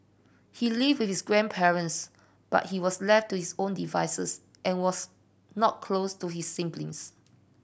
he lived with his grandparents but he was left to his own devices and was not close to his siblings